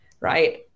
right